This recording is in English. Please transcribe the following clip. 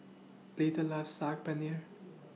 Lita loves Saag Paneer